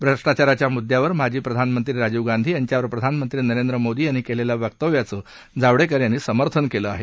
भ्रष्टाचाराच्य मुद्यावर माजी प्रधानमंत्री राजीव गांधी यांच्यावर प्रधानमंत्री नरेंद्र मोदी यांनी केलेल्या वक्तव्याचं जावडेकर यांनी समर्थन केल आहे